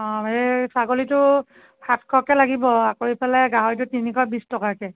অঁ এই ছাগলীটো সাতশকৈ লাগিব আকৌ ইফালে গাহৰিটো তিনিশ বিছ টকাকৈ